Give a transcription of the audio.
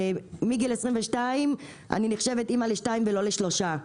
ומגיל 22 אני נחשבת אימא לשניים ולא לשלושה.